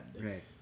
right